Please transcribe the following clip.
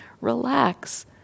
Relax